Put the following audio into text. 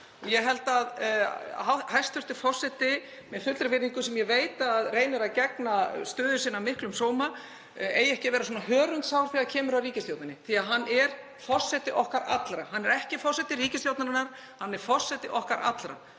Ég held að hæstv. forseti, með fullri virðingu, sem ég veit að reynir að gegna stöðu sinni af miklum sóma, eigi ekki að vera svona hörundsár þegar kemur að ríkisstjórninni því að hann er forseti okkar allra. Hann er ekki forseti ríkisstjórnarinnar, hann er forseti okkar allra.